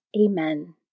Amen